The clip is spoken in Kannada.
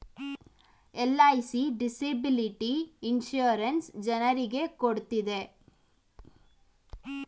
ಎಲ್.ಐ.ಸಿ ಡಿಸೆಬಿಲಿಟಿ ಇನ್ಸೂರೆನ್ಸ್ ಜನರಿಗೆ ಕೊಡ್ತಿದೆ